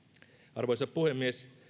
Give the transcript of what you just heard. arvoisa puhemies